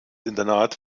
internat